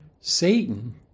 Satan